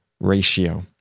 ratio